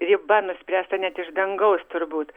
riba nuspręsta net iš dangaus turbūt